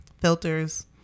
filters